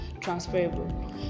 transferable